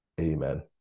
Amen